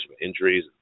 injuries